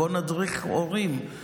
בואו נדריך הורים,